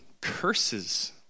curses